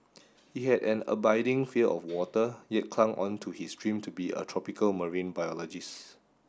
he had an abiding fear of water yet clung on to his dream to be a tropical marine biologist